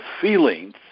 feelings